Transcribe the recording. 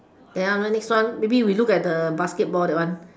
then after next one maybe we look at the basketball that one